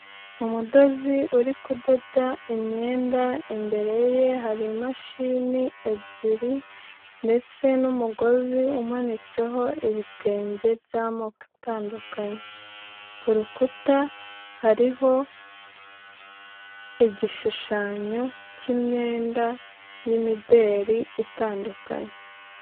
Umudozi uri kudoda imyenda imbere ye hari imashini ebyiri ndetse n'umugozi umanitseho ibitenge by'amoko atandukanye, ku rukuta hariho igishushanyo cy'imyenda y'imideri itandukanye.